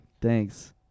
Thanks